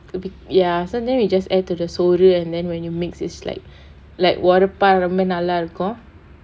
will be ya so then we just add to the soru and then when you mix is like like ஒரப்பா ரொம்ப நல்லா இருக்கும்:orappaa romba nallaa irukkum